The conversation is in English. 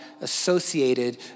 associated